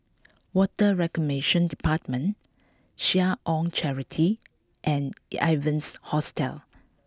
Water Reclamation Department Seh Ong Charity and Evans Hostel